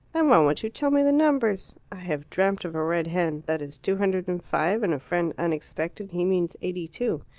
and why won't you tell me the numbers? i have dreamt of a red hen that is two hundred and five, and a friend unexpected he means eighty-two.